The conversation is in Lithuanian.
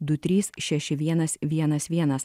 du trys šeši vienas vienas vienas